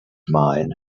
mine